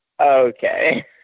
Okay